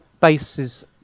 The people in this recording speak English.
bases